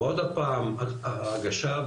ועוד הפעם הגשה,